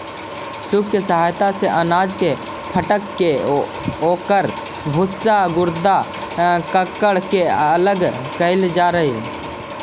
सूप के सहायता से अनाज के फटक के ओकर भूसा, गर्दा, कंकड़ के अलग कईल जा हई